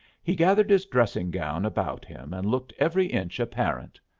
he gathered his dressing-gown about him, and looked every inch a parent.